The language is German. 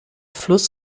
fluss